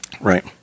right